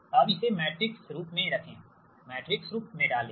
अब इसे मैट्रिक्स रूप में रखें मैट्रिक्स रूप में डालें